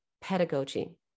pedagogy